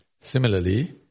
Similarly